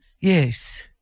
Yes